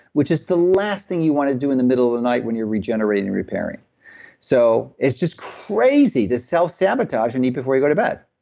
which is the last thing you want to do in the middle of the night when you're regenerating and repairing so, it's just crazy to self-sabotage and eat before you go to bed.